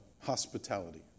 hospitality